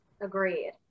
agreed